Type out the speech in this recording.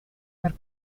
her